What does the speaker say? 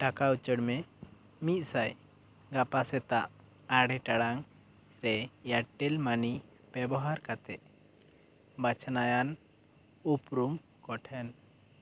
ᱴᱟᱠᱟ ᱩᱪᱟᱹᱲ ᱢᱮ ᱢᱤᱫᱥᱟᱭ ᱜᱟᱯᱟ ᱥᱮᱛᱟᱜ ᱟᱨᱮ ᱴᱟᱲᱟᱝ ᱨᱮ ᱮᱭᱟᱨᱴᱮᱞ ᱢᱟᱹᱱᱤ ᱵᱮᱵᱚᱦᱟᱨ ᱠᱟᱛᱮ ᱵᱟᱪᱷᱱᱟᱭᱟᱱ ᱩᱯᱨᱩᱢ ᱠᱚᱴᱷᱮᱱ